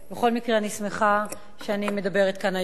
בכל מקרה, אני שמחה שאני מדברת כאן היום.